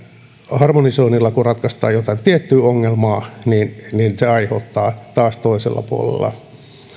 harmonisoinnilla ratkaistaan jotain tiettyä ongelmaa niin niin se aiheuttaa taas toisella puolella